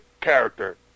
character